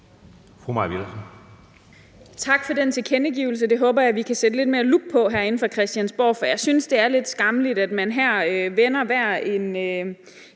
Mai Villadsen (EL): Tak for den tilkendegivelse, det håber jeg vi kan sætte lidt mere loop på herinde fra Christiansborg. For jeg synes, det er lidt skammeligt, at man her vender hver en